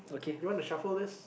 you wanna shuffle this